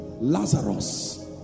Lazarus